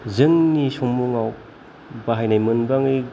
जोंनि संमुआव बाहायनाय मोनबाङै